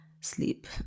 sleep